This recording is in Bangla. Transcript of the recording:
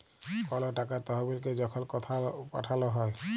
কল টাকার তহবিলকে যখল কথাও পাঠাল হ্যয়